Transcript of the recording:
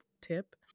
tip